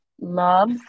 Love